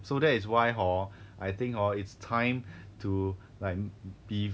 so that is why hor I think hor it's time to like be